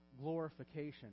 glorification